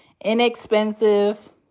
inexpensive